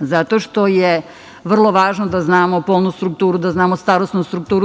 Zato što je vrlo važno da znamo polnu strukturu, da znamo starosnu,